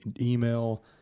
email